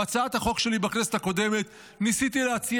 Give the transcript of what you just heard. בהצעת החוק שלי בכנסת הקודמת ניסיתי להציע